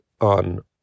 on